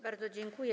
Bardzo dziękuję.